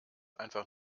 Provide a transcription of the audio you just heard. einfach